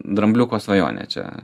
drambliuko svajonė čia